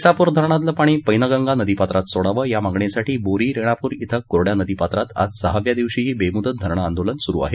ा झापूर धरणातलं पाणी पैनगंगा नदीपात्रात सोडावं या मागणीसाठी बोरी रेणापूर क्रिं कोरड्या नदी पात्रात आज सहाव्या दिवशीही बेमुदत धरणं आंदोलन सुरु आहे